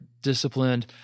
Disciplined